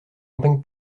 campagne